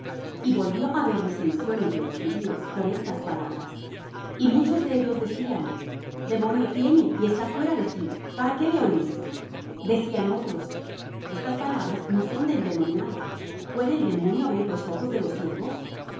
y volvió á haber disensión entre los judíos por estas palabras y muchos de ellos decían demonio tiene y está fuera de sí para qué le oís decían otros estas palabras no son de endemoniado puede el demonio abrir los ojos de los ciegos